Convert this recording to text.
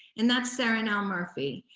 and that's sarahnell murphy.